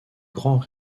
grand